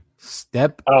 Step